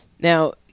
Now